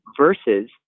versus